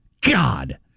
God